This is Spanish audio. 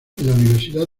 universidad